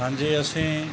ਹਾਂਜੀ ਅਸੀਂ